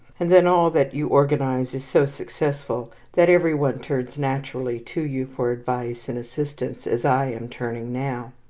and then all that you organize is so successful that every one turns naturally to you for advice and assistance, as i am turning now.